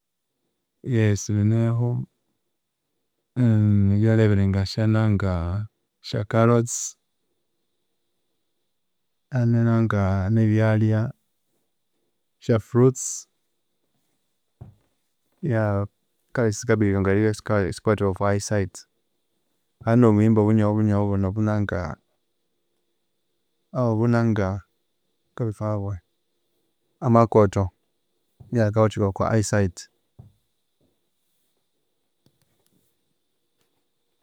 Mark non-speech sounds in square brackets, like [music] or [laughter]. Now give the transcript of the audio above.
Yes bineho, [hesitation] ebyalya ebiringa syananga [hesitation] syacarrots, [hesitation] nenanga nebyalya, sya fruits, yeah kale sikabuildinga ngeribya sika sikawathikaya okwa eye sight. Hane nobuhimba obunyohobunyoho obunanga [hesitation] amakoto yea akawathikaya okwa eye sight.